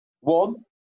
One